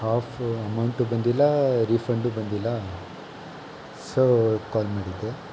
half amount ಬಂದಿಲ್ಲ refund ಬಂದಿಲ್ಲ so call ಮಾಡಿದ್ದೆ